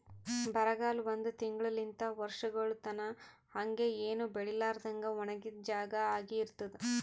ಬರಗಾಲ ಒಂದ್ ತಿಂಗುಳಲಿಂತ್ ವರ್ಷಗೊಳ್ ತನಾ ಹಂಗೆ ಏನು ಬೆಳಿಲಾರದಂಗ್ ಒಣಗಿದ್ ಜಾಗಾ ಆಗಿ ಇರ್ತುದ್